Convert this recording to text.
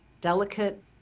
delicate